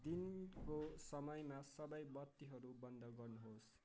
दिनको समयमा सबै बत्तीहरू बन्द गर्नुहोस्